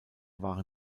waren